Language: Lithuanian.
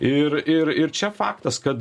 ir ir ir čia faktas kad